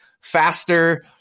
faster